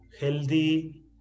healthy